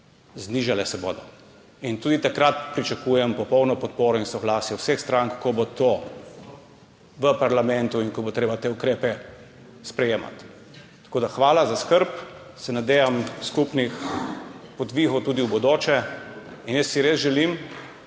znižale. Tudi takrat pričakujem popolno podporo in soglasje vseh strank, ko bo to v parlamentu in ko bo treba sprejemati te ukrepe. Hvala za skrb, se nadejam skupnih podvigov tudi v bodoče. Jaz si res želim,